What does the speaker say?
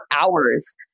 hours